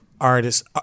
artists